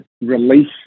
release